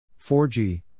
4g